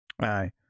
Aye